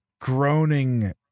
groaning